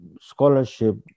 scholarship